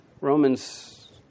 Romans